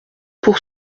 pour